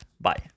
bye